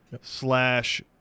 slash